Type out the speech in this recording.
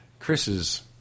chris's